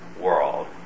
world